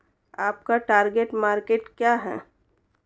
आपका target market क्या है?